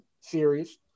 series